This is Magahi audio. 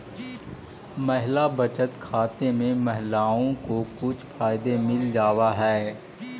महिला बचत खाते में महिलाओं को कुछ फायदे मिल जावा हई